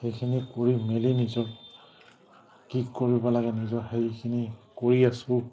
সেইখিনি কৰি মেলি নিজৰ কি কৰিব লাগে নিজৰ সেইখিনি কৰি আছোঁ